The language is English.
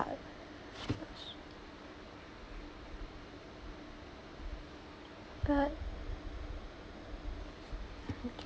cut